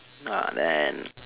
uh then